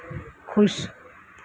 खुश